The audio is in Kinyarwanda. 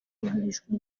igurishwa